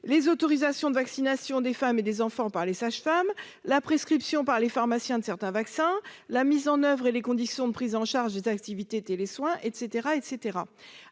les autorisations de vaccination des femmes et des enfants par les sages-femmes, la prescription par les pharmaciens de certains vaccins, la mise en oeuvre et les conditions de prise en charge des activités de télésoins, etc.